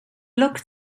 looked